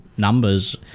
numbers